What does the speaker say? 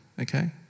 okay